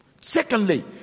secondly